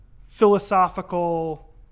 philosophical